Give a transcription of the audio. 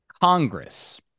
Congress